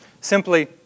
simply